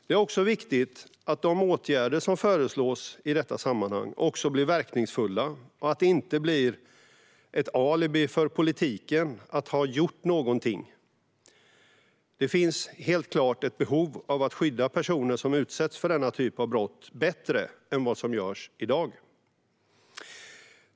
Det är också viktigt att de åtgärder som föreslås i detta sammanhang blir verkningsfulla och att de inte blir ett alibi för politiken - att ha gjort någonting. Det finns helt klart ett behov av att skydda personer som utsätts för denna typ av brott bättre än vad som görs i dag.